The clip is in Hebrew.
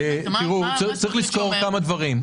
צריך לזכור כמה דברים.